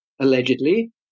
allegedly